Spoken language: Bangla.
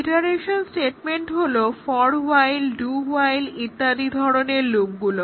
ইটারাশন স্টেটেমেন্টগুলো হলো ফর হোয়াইল ডু হোয়াইল ইত্যাদি ধরণের লুপগুলি